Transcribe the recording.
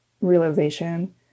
realization